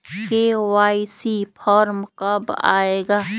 KYC form कब आए गा?